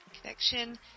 Connection